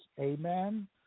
Amen